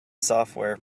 software